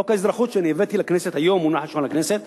חוק האזרחות שהבאתי לכנסת היום הונח על שולחן הכנסת